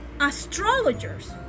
astrologers